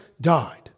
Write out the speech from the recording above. died